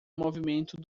movimento